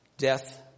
Death